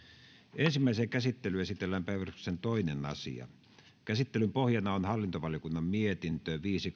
ensimmäiseen käsittelyyn esitellään päiväjärjestyksen toinen asia käsittelyn pohjana on hallintovaliokunnan mietintö viisi